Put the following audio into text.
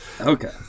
okay